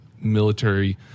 military